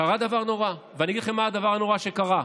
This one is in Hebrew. קרה דבר נורא, ואני אגיד מה הדבר הנורא שקרה: